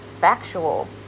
factual